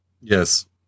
Yes